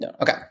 Okay